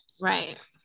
right